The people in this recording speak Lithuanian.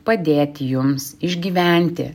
padėti jums išgyventi